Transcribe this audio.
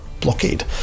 blockade